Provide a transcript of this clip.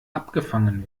abgefangen